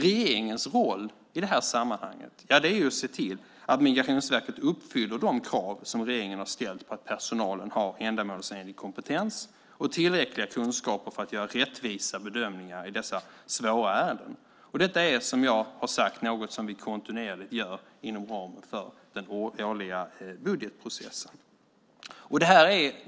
Regeringens roll i det här sammanhanget är att se till att Migrationsverket uppfyller de krav som regeringen har ställt på att personalen har ändamålsenlig kompetens och tillräckliga kunskaper för att göra rättvisa bedömningar i dessa svåra ärenden. Detta är, som jag har sagt, något som vi kontinuerligt gör inom ramen för den årliga budgetprocessen.